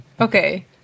okay